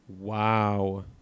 wow